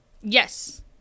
Yes